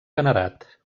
venerat